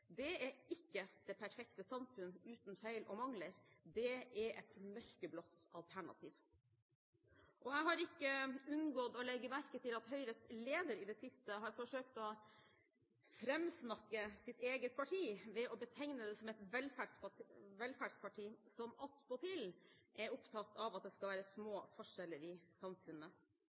Det er ikke det perfekte samfunn uten feil og mangler; det er et mørkeblått alternativ. Jeg har ikke unngått å legge merke til at Høyres leder i det siste har forsøkt å framsnakke sitt eget parti ved å betegne det som et velferdsparti som attpåtil er opptatt av at det skal være små forskjeller i samfunnet.